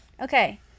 Okay